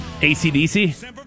ACDC